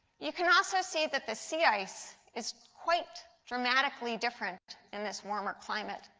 you can also see that the sea ice is quite dramatically different in this warmer climate.